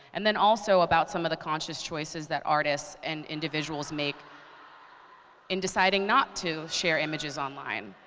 and then also about some of the conscious choices that artists and individuals make in deciding not to share images online.